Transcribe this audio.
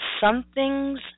something's